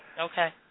Okay